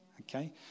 okay